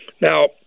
Now